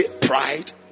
pride